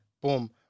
boom